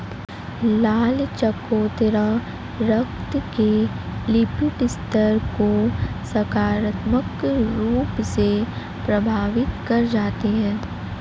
लाल चकोतरा रक्त के लिपिड स्तर को सकारात्मक रूप से प्रभावित कर जाते हैं